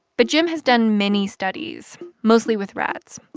but jim has done many studies, mostly with rats,